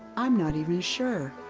i'm not even sure.